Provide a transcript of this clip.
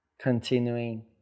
continuing